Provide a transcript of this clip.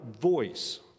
voice